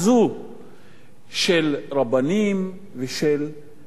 של רבנים ושל מנהיגות דתית.